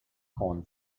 corn